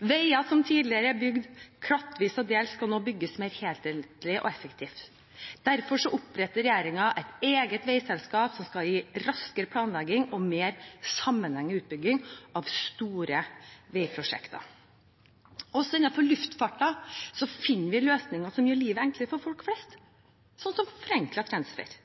Veier som tidligere er bygd klattvis og delt, skal nå bygges mer helhetlig og effektivt. Derfor oppretter regjeringen et eget veiselskap som skal gi raskere planlegging og mer sammenhengende utbygging av store veiprosjekter. Også innenfor luftfarten finner vi løsninger som gjør livet enklere for folk flest, som forenklet transfer.